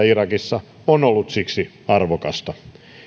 irakissa on ollut siksi arvokasta